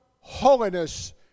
holiness